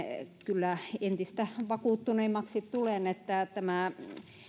kyllä entistä vakuuttuneemmaksi siitä että